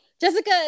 Jessica